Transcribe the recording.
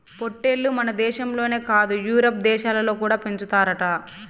పొట్టేల్లు మనదేశంలోనే కాదు యూరోప్ దేశాలలో కూడా పెంచుతారట